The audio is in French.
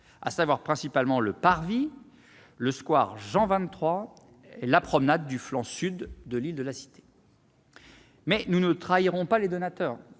à savoir, principalement, le parvis, le square Jean-XXIII, la promenade du flanc sud de l'île de la Cité. Toutefois, nous ne trahirons pas les donateurs